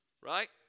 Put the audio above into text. Right